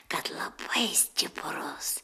kad labai stiprus